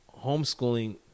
homeschooling